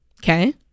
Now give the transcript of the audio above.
Okay